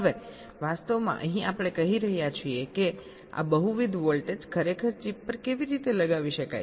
હવે વાસ્તવમાં અહીં આપણે કહી રહ્યા છીએ કે આ બહુવિધ વોલ્ટેજ ખરેખર ચીપ પર કેવી રીતે લગાવી શકાય છે